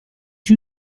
you